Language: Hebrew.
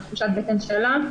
התחושת בטן שלה,